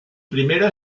primera